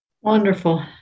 Wonderful